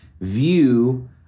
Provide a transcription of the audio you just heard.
view